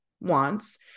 wants